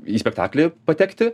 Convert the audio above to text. į spektaklį patekti